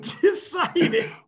decided